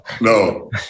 No